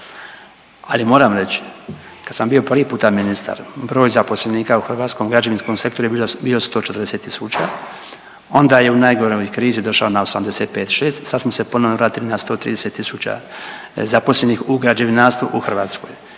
Ali moram reći, kad sam bio prvi puta ministar, broj zaposlenika u hrvatskom građevinskom sektoru je bio 140 tisuća, onda je u najgoroj krizi došao na 85, 6, sad smo se ponovno vratili na 130 tisuća zaposlenih u građevinarstvu u Hrvatskoj